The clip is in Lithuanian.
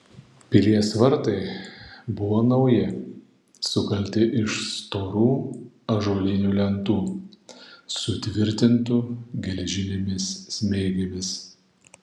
pilies vartai buvo nauji sukalti iš storų ąžuolinių lentų sutvirtintų geležinėmis smeigėmis